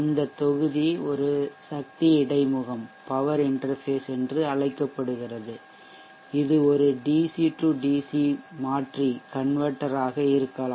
இந்த தொகுதி ஒரு சக்தி இடைமுகம்பவர் இன்டெர்ஃபேஷ் என்று அழைக்கப்படுகிறது இது ஒரு DC DC மாற்றி ஆக இருக்கலாம்